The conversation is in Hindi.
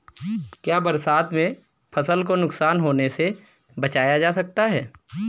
क्या बरसात में फसल को नुकसान होने से बचाया जा सकता है?